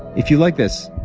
if you like this,